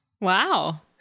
Wow